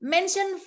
Mention